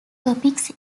topics